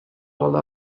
all